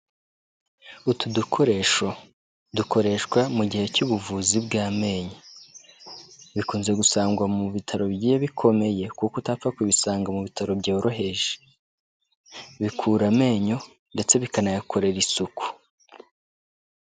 Utu dukoresho dukoreshwa mu gihe cy'ubuvuzi bw'amenyo, bikunze gusangwa mu bitaro bigiye bikomeye kuko utapfa kubisanga mu bitaro byoroheje, bikura amenyo ndetse bikanayakorera isuku.